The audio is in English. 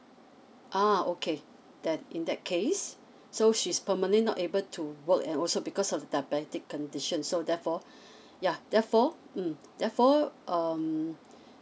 ah okay then in that case so she's permanently not able to work and also because of diabetic condition so therefore yeah therefore mm therefore um